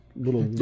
little